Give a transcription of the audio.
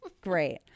Great